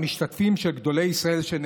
הציבור שלך יודע את העמדה שלך?